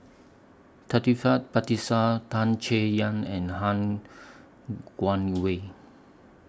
Taufik Batisah Tan Chay Yan and Han Guangwei